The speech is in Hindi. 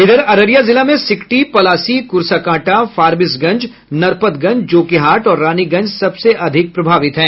इधर अररिया जिला मे सिकटी पलासी क्र्साकांटा फारबिसगंज नरपतगंज जोकीहाट और रानीगंज सबसे अधिक प्रभावित है